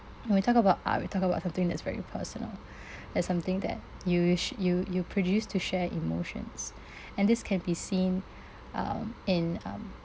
when we talk about art we're talking about something that's very personal it's something that you sho~ you you produce to share emotions and this can be seen um in um